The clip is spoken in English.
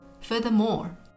Furthermore